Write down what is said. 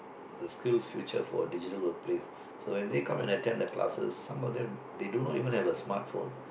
the skills futures for the digital place so when they come and attend the classes some of them they do not even have a smart phone